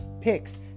picks